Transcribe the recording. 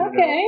Okay